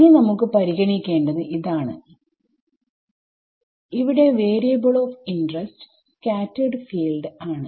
ഇനി നമുക്ക് പരിഗണിക്കേണ്ടത് ഇതാണ് ഇവിടെ variable of interest scattered field ആണ്